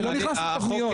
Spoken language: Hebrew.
אני לא נכנס לתבניות.